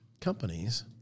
companies